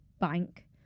bank